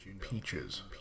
peaches